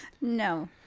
No